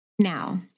Now